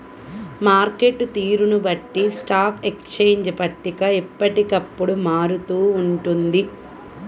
market తీరును బట్టి stock exchange పట్టిక ఎప్పటికప్పుడు మారుతూ ఉంటుంది